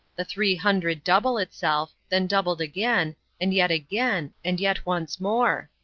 the three hundred double itself then doubled again and yet again and yet once more.